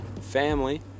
family